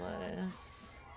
lettuce